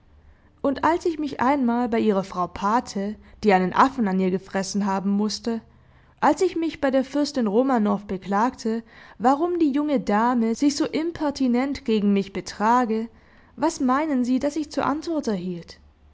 und als ich mich einmal bei ihrer frau pate die einen affen an ihr gefressen haben mußte als ich mich bei der fürstin romanow beklagte warum die junge dame sich so impertinent gegen mich betrage was meinen sie daß ich zur antwort erhielt